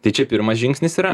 tai čia pirmas žingsnis yra